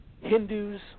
Hindus